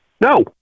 No